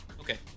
Okay